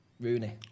Rooney